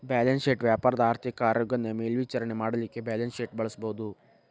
balance sheet ವ್ಯಾಪಾರದ ಆರ್ಥಿಕ ಆರೋಗ್ಯವನ್ನ ಮೇಲ್ವಿಚಾರಣೆ ಮಾಡಲಿಕ್ಕೆ ಬ್ಯಾಲನ್ಸ್ಶೇಟ್ ಬಳಸಬಹುದು